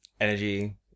energy